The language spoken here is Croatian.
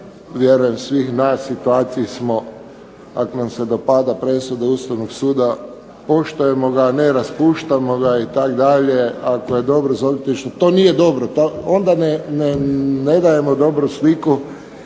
vjerujem svih nas, u situaciji smo ako nam se dopada presuda Ustavnog suda poštujemo ga, a ne raspuštamo ga itd., ako je dobro …/Govornik se ne razumije./… to nije dobro, onda ne dajemo dobru sliku